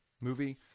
movie